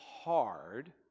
Hard